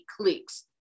clicks